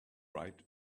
right